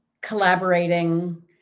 collaborating